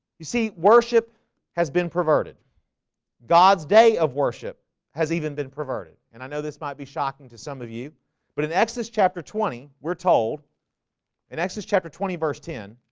you see worship has been perverted god's day of worship has even been perverted and i know this might be shocking to some of you but in exodus chapter twenty we're told in exodus chapter twenty verse ten